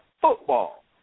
football